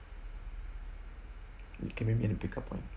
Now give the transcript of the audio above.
it can maybe at the pick up point